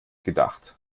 gedacht